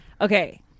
okay